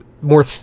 more